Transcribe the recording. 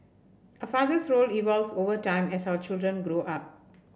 a father's role evolves over time as our children grow up